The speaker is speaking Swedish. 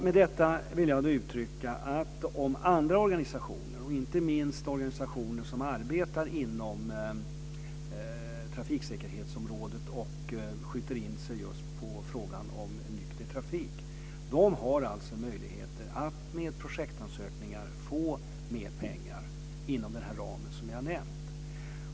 Med detta vill jag uttrycka att andra organisationer, inte minst organisationer som arbetar inom trafiksäkerhetsområdet, som skjuter in sig just på frågan om nykter trafik har möjligheter att med projektansökningar få mer pengar inom den ram som gäller.